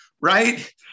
right